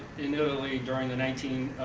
in italy during the nineteen